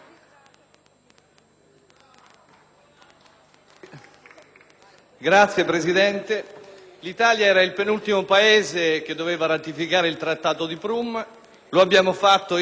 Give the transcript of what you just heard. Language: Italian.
Signor Presidente, l'Italia era il penultimo Paese che doveva ratificare il Trattato di Prum; lo abbiamo fatto in sette mesi,